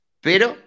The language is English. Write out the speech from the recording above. pero